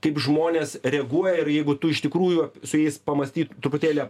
kaip žmonės reaguoja ir jeigu tu iš tikrųjų su jais pamąstyt truputėlį